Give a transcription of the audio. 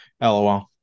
LOL